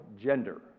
gender